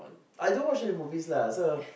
I don't watch any movies lah so